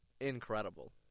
incredible